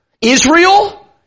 Israel